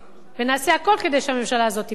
ונעשה הכול כדי שהממשלה הזאת תיפול.